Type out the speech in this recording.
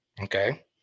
Okay